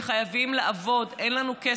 שחייבים לעבוד: אין לנו כסף,